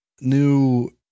new